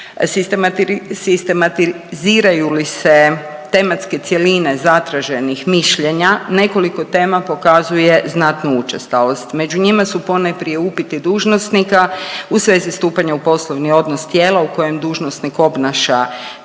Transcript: Sistematiziraju li se tematske cjeline zatraženih mišljenja nekoliko tema pokazuje znatnu učestalost. Među njima su ponajprije upiti dužnosnika u svezi stupanja u poslovni odnos tijela u kojem dužnosnik obnaša